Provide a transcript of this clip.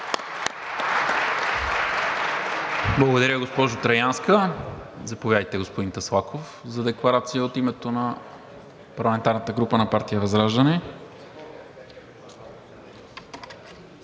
Благодаря, госпожо Траянска. Заповядайте, господин Таслаков, за декларация от името на парламентарната група на партия ВЪЗРАЖДАНЕ.